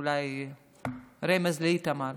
אולי רמז לאיתמר.